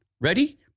Ready